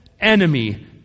enemy